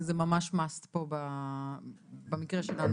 האחידות זה ממש must פה במקרה שלנו.